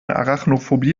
arachnophobie